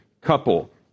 couple